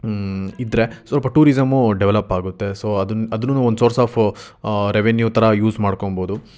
ಇದ್ದರೆ ಸ್ವಲ್ಪ ಟೂರಿಸಮ್ಮೂ ಡೆವೆಲಪ್ ಆಗುತ್ತೆ ಸೊ ಅದನ್ನ ಅದುನೂ ಒಂದು ಸೋರ್ಸ್ ಆಫು ರೆವೆನ್ಯೂ ಥರ ಯೂಸ್ ಮಾಡ್ಕೊಳ್ಬೋದು